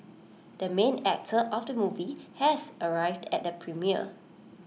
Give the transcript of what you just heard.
the main actor of the movie has arrived at the premiere